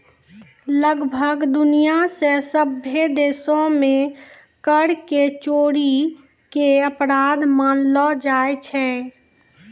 लगभग दुनिया मे सभ्भे देशो मे कर के चोरी के अपराध मानलो जाय छै